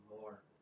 more